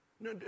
No